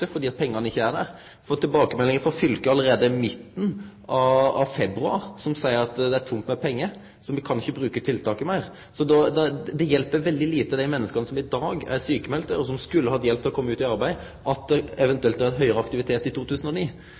fylket allereie i midten av februar, der dei seier at det er tomt for pengar, så dei kan ikkje bruke tiltaket meir. Det er veldig liten hjelp for dei menneska som i dag er sjukmelde, og som skulle hatt hjelp til å kome ut i arbeid, at det var høgare aktivitet i 2009.